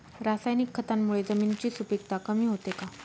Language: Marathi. रासायनिक खतांमुळे जमिनीची सुपिकता कमी होते का?